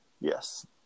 Yes